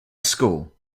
school